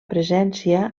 presència